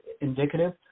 indicative